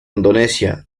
indonesia